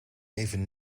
even